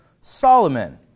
Solomon